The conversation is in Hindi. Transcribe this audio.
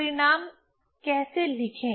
परिणाम कैसे लिखें